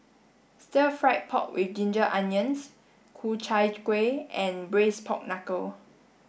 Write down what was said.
stir fried pork with ginger onions Ku Chai Kuih and braised pork knuckle